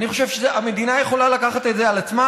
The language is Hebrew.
אני חושב שהמדינה יכולה לקחת את זה על עצמה